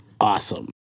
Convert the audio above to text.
awesome